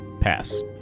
Pass